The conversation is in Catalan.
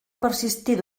persistir